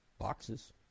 boxes